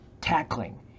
tackling